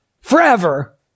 forever